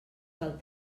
del